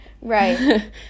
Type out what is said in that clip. Right